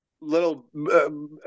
little